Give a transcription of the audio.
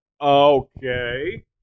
Okay